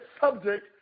subject